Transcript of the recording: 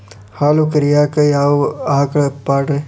ಹಾಲು ಕರಿಯಾಕ ಯಾವ ಆಕಳ ಪಾಡ್ರೇ?